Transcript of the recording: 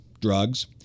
drugs